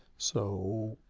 so,